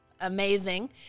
amazing